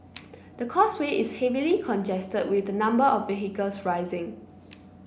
the causeway is heavily congested with the number of vehicles rising